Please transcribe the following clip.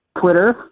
Twitter